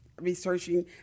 researching